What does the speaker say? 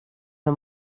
her